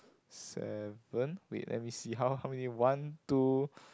seven wait let me see how how many one two